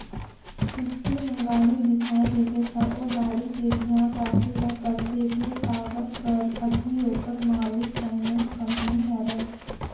किस्ती में गाड़ी बिसाए रिबे त ओ गाड़ी के धियान राखे ल परथे के काबर कर अझी ओखर मालिक फाइनेंस कंपनी हरय